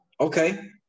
Okay